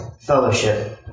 fellowship